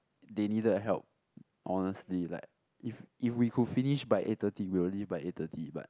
they needed a help honestly like if if we could finish by eight thirty we will leave by eight thirty but